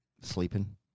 sleeping